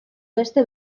beste